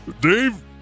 Dave